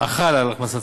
על הכנסתו.